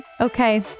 Okay